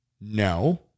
No